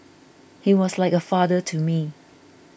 he was like a father to me